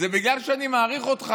בגלל שאני מעריך אותך.